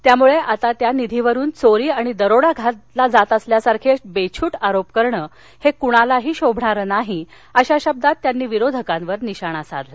त्यामुळं आता त्या निधीवरून चोरी आणि दरोडा घातला जात असल्यासारखे बेछूट आरोप करणे कोणालाही शोभणारे नाही अशा शब्दात त्यांनी विरोधकांवर निशाणा साधला